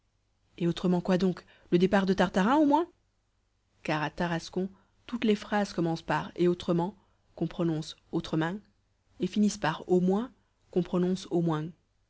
et autrement quoi donc le départ de tartarin au moins car à tarascon toutes les phrases commencent par et autrement qu'on prononce autremain et finissent par au moins qu'on prononce an mouain